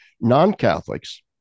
non-Catholics